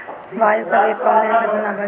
वायु क वेग कवने यंत्र से नापल जाला?